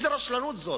איזו רשלנות זאת?